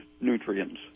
nutrients